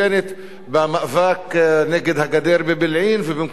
במאבק נגד הגדר בבלעין, ובמקומות אחרים,